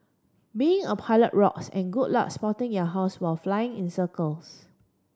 being a pilot rocks and good luck spotting your house while flying in circles